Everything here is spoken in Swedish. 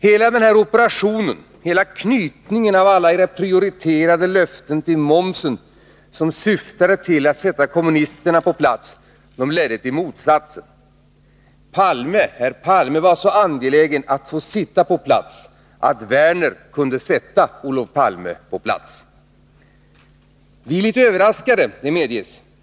Hela den här operationen, hela knytningen av alla era prioriterade löften till momsen, som syftade till att sätta kommunisterna på plats, ledde till motsatsen. Herr Palme var så angelägen att få sitta på plats att Lars Werner kunde sätta Olof Palme på plats. Vi är litet överraskade, det medges.